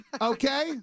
Okay